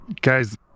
Guys